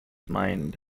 mind